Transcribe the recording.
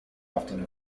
often